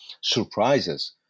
surprises